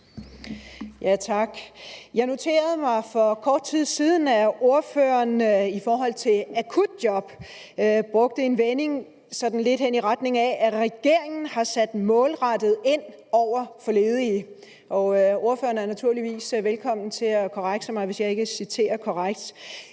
Jeg noterede mig for kort tid siden, at ordføreren med hensyn til akutjob brugte en vending, der lød lidt i retning af, at regeringen har sat målrettet ind over for ledige. Ordføreren er naturligvis velkommen til at korrekse mig, hvis jeg ikke citerer korrekt.